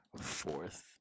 fourth